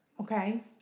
Okay